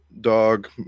dog